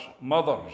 mothers